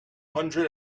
hundred